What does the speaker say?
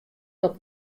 dat